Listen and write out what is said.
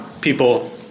people